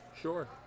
Sure